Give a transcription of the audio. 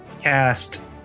cast